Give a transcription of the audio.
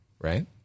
right